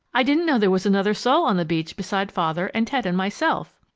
i didn't know there was another soul on the beach beside father and ted and myself.